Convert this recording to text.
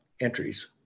entries